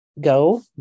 Go